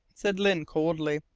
said lyne coldly.